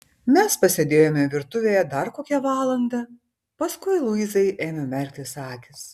mes pasėdėjome virtuvėje dar kokią valandą paskui luizai ėmė merktis akys